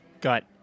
got